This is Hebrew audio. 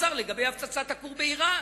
לגבי הפצצת הכור באירן.